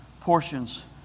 portions